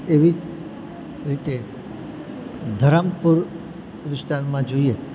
એવી જ રીતે ધરમપુર વિસ્તારમાં જોઈએ